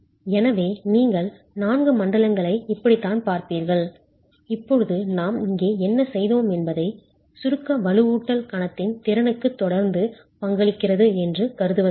எனவே நீங்கள் நான்கு மண்டலங்களை இப்படித்தான் பார்ப்பீர்கள் இப்போது நாம் இங்கே என்ன செய்தோம் என்பது சுருக்க வலுவூட்டல் கணத்தின் திறனுக்கு தொடர்ந்து பங்களிக்கிறது என்று கருதுவதாகும்